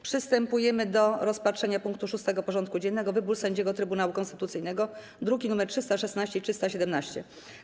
Przystępujemy do rozpatrzenia punktu 6. porządku dziennego: Wybór sędziego Trybunału Konstytucyjnego (druki nr 316 i 317)